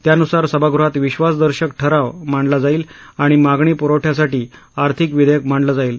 त्यानुसार सभागृहात विश्वासदर्शक ठराव मांडला जाईल आणि मागणी पुरवठ्यासाठी आर्थिक विधेयक मांडलं जाईल